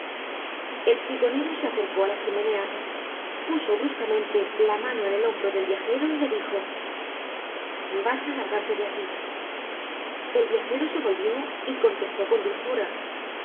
el figonero se acercó á la chimenea puso bruscamente la mano en el hombro del viajero y le dijo vas á largarte de aquí el viajero se volvió y contestó con dulzura